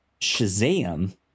Shazam